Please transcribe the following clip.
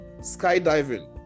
skydiving